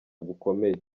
gukomeye